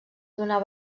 donar